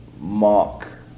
Mark